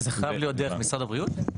זה חייב להיות דרך משרד הבריאות?